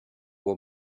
will